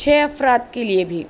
چھ افراد کے لیے بھی